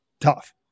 tough